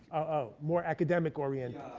more academic oriented?